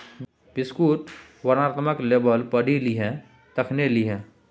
बिस्कुटक वर्णनात्मक लेबल पढ़ि लिहें तखने लिहें